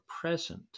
present